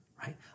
Right